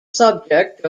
subject